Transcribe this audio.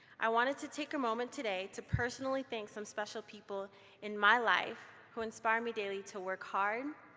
i wanted to take a moment today to personally thank some special people in my life who inspire me daily to work hard,